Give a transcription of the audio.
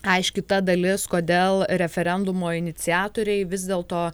aiški ta dalis kodėl referendumo iniciatoriai vis dėlto